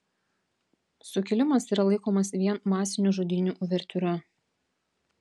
sukilimas yra laikomas vien masinių žudynių uvertiūra